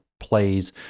plays